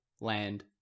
land